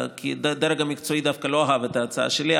הדרג המקצועי דווקא לא אהב את ההצעה שלי,